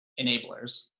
enablers